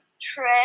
trip